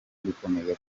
gukomeza